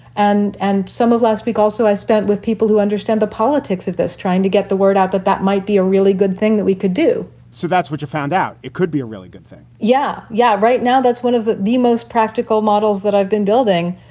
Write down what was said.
and and some of last week also i spent with people who understand the politics of this, trying to get the word out that that might be a really good thing that we could do so that's what you found out? it could be a really good thing yeah. yeah. right now, that's one of the the most practical models that i've been building,